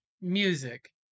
music